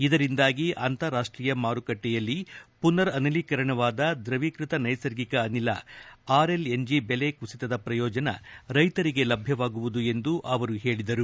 ಇದರಿಂದಾಗಿ ಅಂತಾರಾಷ್ಷೀಯ ಮಾರುಕಟ್ನೆಯಲ್ಲಿ ಮನರ್ ಅನಿಲೀಕರಣವಾದ ದ್ರವೀಕೃತ ನೈಸರ್ಗಿಕ ಅನಿಲ ಆರ್ಎಲ್ಎನ್ಜಿ ದೆಲೆ ಕುಸಿತದ ಪ್ರಯೋಜನ ರೈತರಿಗೆ ಲಭ್ಣವಾಗುವುದು ಎಂದು ಅವರು ಹೇಳದರು